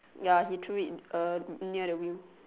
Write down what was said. ya he threw it uh near the wheel